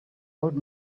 old